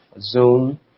Zoom